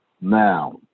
Now